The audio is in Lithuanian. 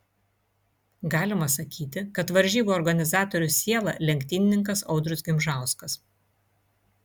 galima sakyti kad varžybų organizatorių siela lenktynininkas audrius gimžauskas